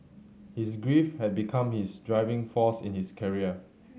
his grief had become his driving force in his career